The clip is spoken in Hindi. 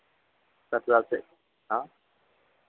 सत्रह से हाँ